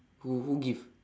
who who give